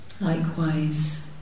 likewise